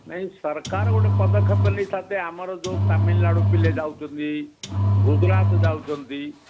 ନାଇଁ ସରକାର ଗୋଟେ ପଦକ୍ଷେପ ନେଇଥାନ୍ତେ ଆମର ଯେଉଁ ତାମିଲନାଡ଼ୁ ପିଲେ ଯାଉଛନ୍ତି ଗୁଜୁରାଟ ଯାଉଛନ୍ତି